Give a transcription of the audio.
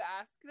ask